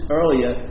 earlier